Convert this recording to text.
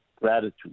gratitude